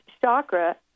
chakra